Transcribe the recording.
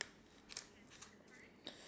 okay serious okay